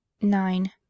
nine